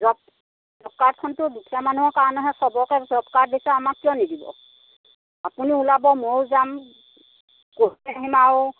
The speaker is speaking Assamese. জব জব কাৰ্ডখনতো দুখীয়া মানুহখিনিৰ কাৰণেহে সবকে জব কাৰ্ড দিছে আমাক কিয় নিদিব আপুনি ওলাব ময়ো যাম কৈ থৈ আহিম আৰু